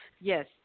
Yes